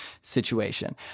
situation